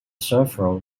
several